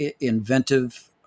inventive